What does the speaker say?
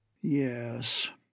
Yes